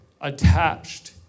attached